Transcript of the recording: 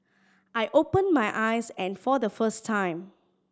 I open my eyes and for the first time